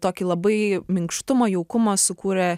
tokį labai minkštumą jaukumą sukūrė